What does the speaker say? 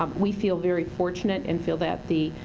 um we feel very fortunate and feel that the,